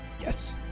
yes